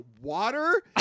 water